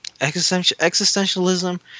Existentialism